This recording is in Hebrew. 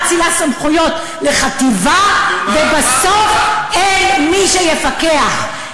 ממשלה מאצילה סמכויות לחטיבה, ובסוף אין מי שיפקח.